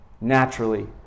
naturally